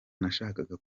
nashakaga